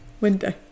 window